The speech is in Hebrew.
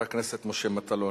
תודה.